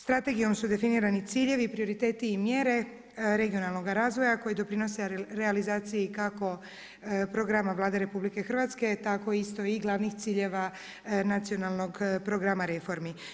Strategijom su definirani ciljevi, prioriteti i mjere regionalnoga razvoja koji doprinose realizaciji kako programa Vlade RH tako isto i glavnih ciljeva Nacionalnog programa reformi.